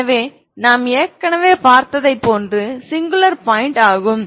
எனவே நாம் ஏற்கனவே பார்த்ததைப் போன்று சிங்குலர் பாயிண்ட் ஆகும்